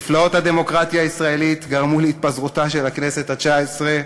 נפלאות הדמוקרטיה הישראלית גרמו להתפזרותה של הכנסת התשע-עשרה,